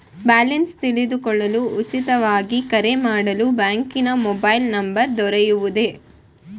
Balance ತಿಳಿದುಕೊಳ್ಳಲು ಉಚಿತವಾಗಿ ಕರೆ ಮಾಡಲು ಬ್ಯಾಂಕಿನ ಮೊಬೈಲ್ ನಂಬರ್ ದೊರೆಯುವುದೇ?